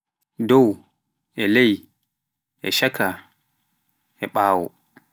Dow, e ley, ɓaawo e shaaka.